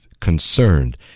concerned